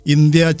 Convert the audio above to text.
India